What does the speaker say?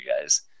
guys